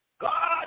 God